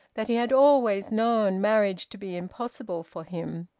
that he had always known marriage to be impossible for him,